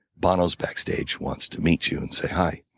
bono's backstage wants to meet you and say hi.